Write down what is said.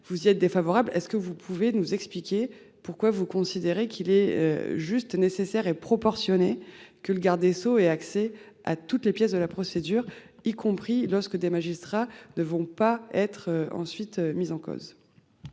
vous y êtes défavorables. Est-ce que vous pouvez nous expliquer pourquoi vous considérez qu'il est juste nécessaire et proportionnée, que le garde des Sceaux et accès à toutes les pièces de la procédure, y compris lorsque des magistrats ne vont pas être ensuite mis en cause.